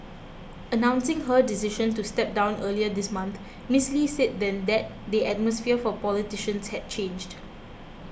announcing her decision to step down earlier this month Miss Lee said then that the atmosphere for politicians had changed